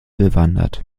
bewandert